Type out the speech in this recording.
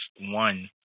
one